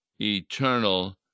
eternal